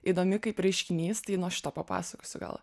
įdomi kaip reiškinys tai nuo šito papasakosiu gal